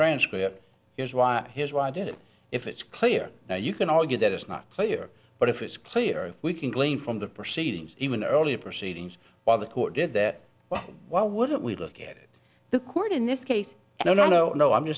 transcript here's why here's why i did it if it's clear now you can argue that it's not clear but if it's clear we can glean from the proceedings even earlier proceedings while the court did that well why wouldn't we look at it the court in this case no no no no i'm